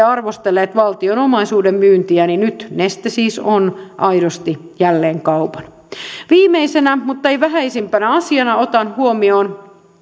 arvostelleet valtion omaisuuden myyntiä nyt neste siis on aidosti jälleen kaupan viimeisenä mutta ei vähäisimpänä asiana otan huomioon